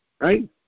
Right